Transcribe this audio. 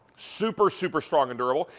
super, super strong and durable.